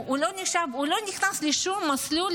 הוא לא נכנס לשום מסלול,